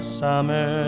summer